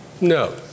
No